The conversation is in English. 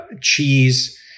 cheese